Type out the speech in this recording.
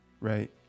right